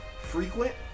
frequent